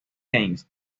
games